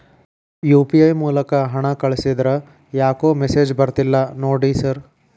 UPI ಮೂಲಕ ಹಣ ಕಳಿಸಿದ್ರ ಯಾಕೋ ಮೆಸೇಜ್ ಬರ್ತಿಲ್ಲ ನೋಡಿ ಸರ್?